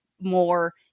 more